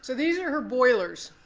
so these are her boilers.